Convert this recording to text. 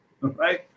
right